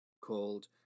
called